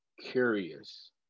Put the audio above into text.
curious